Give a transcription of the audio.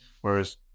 whereas